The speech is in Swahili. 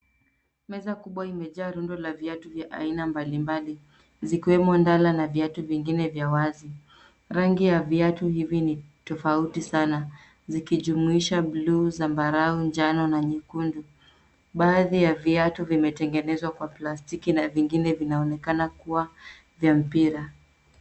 Meza kubwa imejaa rundu la viatu vya aina mbalimbali zikiwemo ndara na viatu vingine vya wazi. Rangi ya viatu hivi ni tofauti sana zikijumuisha buluu, zambarau, njano na nyekundu. Baadhi ya viatu vimetengenezwa kwa plastiki na vingine vinaonekana kuwa vya mpira.